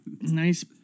nice